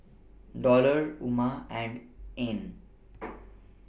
Dollah Umar and Ain